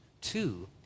Two